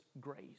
grace